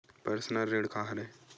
Personal ऋण का हरय?